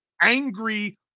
Angry